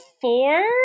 four